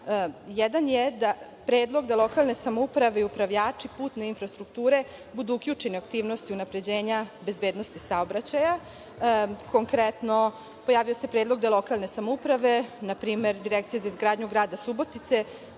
Jedan je predlog da lokalne samouprave i upravljači putne infrastrukture budu uključeni u aktivnosti unapređenja bezbednosti saobraćaja. Konkretno pojavio se predlog da lokalne samouprave, na primer Direkcija za izgradnju grada Subotice,